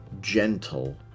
gentle